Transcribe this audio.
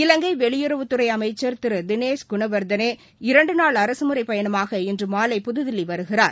இவங்கை வெளியுறவுத்துறை அமைச்சா் திரு தினேஷ் குணவாத்தனா இரண்டு நாள் அரசமுறைப் பயணமாக இன்று மாலை புதுதில்லி வருகிறார்